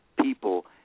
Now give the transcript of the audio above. people